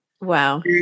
Wow